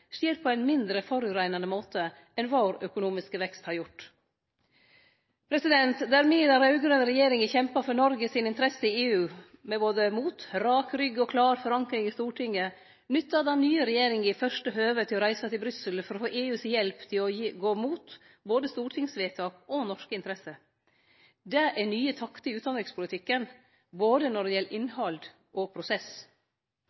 skjer på ein mindre forureinande måte enn vår økonomiske vekst har gjort. Der me i den raud-grøne regjeringa kjempa for Noregs interesser i EU med både mot, rak rygg og klar forankring i Stortinget, nyttar den nye regjeringa første høve til å reise til Brussel for å få EUs hjelp til å gå imot både stortingsvedtak og norske interesser. Det er nye taktar i utanrikspolitikken når det gjeld